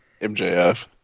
MJF